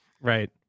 Right